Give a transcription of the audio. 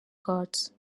cards